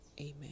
Amen